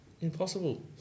Impossible